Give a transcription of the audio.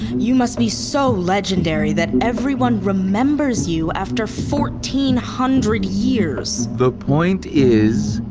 you must be so legendary that everyone remembers you after fourteen hundred years the point is,